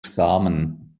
samen